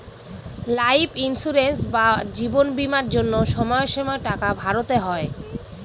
life insurance বা জীবন বীমার জন্য সময়ে সময়ে টাকা ভরতে হয়